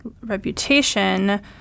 reputation